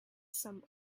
some